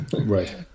Right